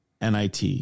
NIT